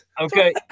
okay